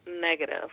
negative